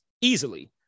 easily